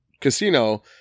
casino